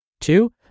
Two